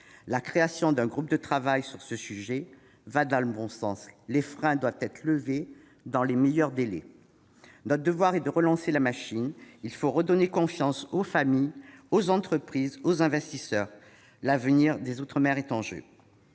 La création d'un groupe de travail sur ce sujet va dans le bon sens. Les freins doivent être levés dans les meilleurs délais. Notre devoir est de relancer la machine et de redonner confiance aux familles, aux entreprises, aux investisseurs. L'avenir des outre-mer est en jeu.